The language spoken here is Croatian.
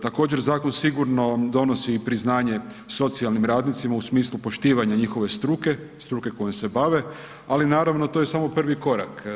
Također, zakon sigurno donosi i priznanje socijalnim radnicima u smislu poštivanja njihove struke, struke kojom se bave, ali naravno to je samo prvi korak.